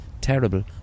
terrible